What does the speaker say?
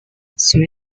three